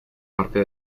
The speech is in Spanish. parte